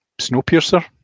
Snowpiercer